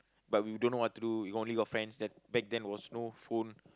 but we don't know what to do we only got friends then back then was no phone